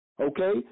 Okay